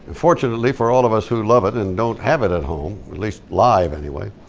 fortunately for all of us who love it and don't have it at home, released live anyway,